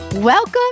Welcome